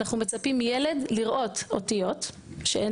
אנחנו מצפים מילד לראות אותיות שאין